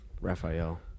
Raphael